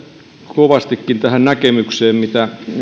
kovastikin tähän näkemykseen minkä